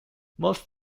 most